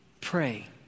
Pray